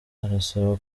arasaba